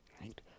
right